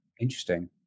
interesting